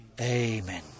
Amen